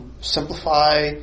simplify